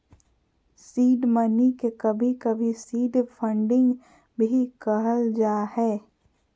seed money के कभी कभी सीड फंडिंग भी कहल जा हय